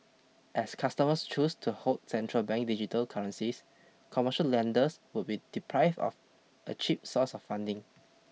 as customers choose to hold central bank digital currencies commercial lenders would be deprived of a cheap source of funding